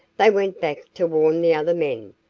they went back to warn the other men.